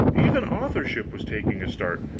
even authorship was taking a start